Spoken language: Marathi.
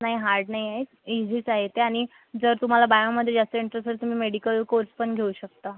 नाही हार्ड नाही आहे इझीच आहे ते आणि जर तुम्हाला बायोमध्ये जास्त इंटरेस्ट असेल तर तुम्ही मेडिकल कोर्सपण घेऊ शकता